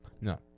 No